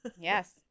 yes